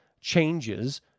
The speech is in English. changes